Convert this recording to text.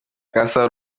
gasabo